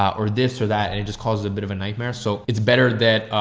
um or this or that. and it just causes a bit of a nightmare. so it's better that,